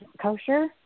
kosher